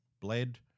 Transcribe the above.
bled